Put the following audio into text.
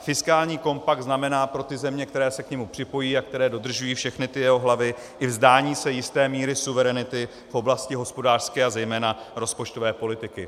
Fiskální kompakt znamená pro ty země, které se k němu připojí a které dodržují všechny ty jeho hlavy, i vzdání se jisté míry suverenity v oblasti hospodářské a zejména rozpočtové politiky.